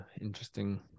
interesting